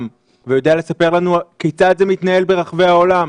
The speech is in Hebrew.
ויודע לספר לנו כיצד זה מתנהל ברחבי העולם?